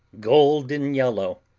golden yellow,